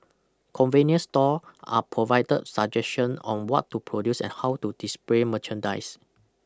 convenience store are provided suggestion on what to produce and how to display merchandise